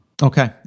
Okay